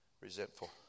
resentful